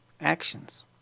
Actions